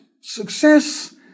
Success